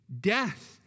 Death